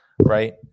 Right